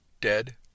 Dead